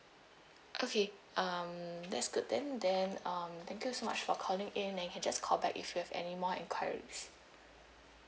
okay um that's good then then um thank you so much for calling in and you can just call back if you have any more enquiries